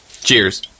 Cheers